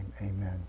amen